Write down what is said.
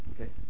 Okay